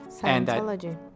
Scientology